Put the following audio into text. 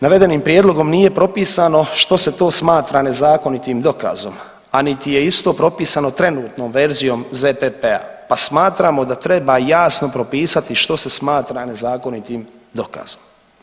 Navedenim prijedlogom nije propisano što se to smatra nezakonitim dokazom, a niti je isto propisano trenutnom verzijom ZPP-a, pa smatramo da treba jasno propisati što se smatra nezakonitim dokazom.